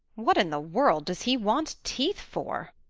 what in the world does he want teeth for?